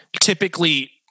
typically